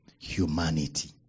Humanity